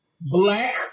black